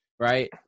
Right